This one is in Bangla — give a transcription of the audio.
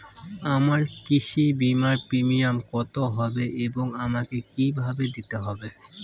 আমার কৃষি বিমার প্রিমিয়াম কত হবে এবং আমাকে কি ভাবে দিতে হবে?